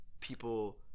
people